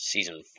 Season